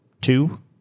two